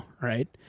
right